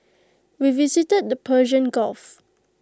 we visited the Persian gulf